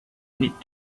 need